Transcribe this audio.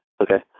Okay